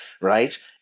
right